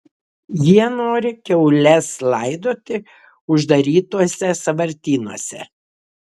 jie nori kiaules laidoti uždarytuose sąvartynuose